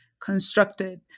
constructed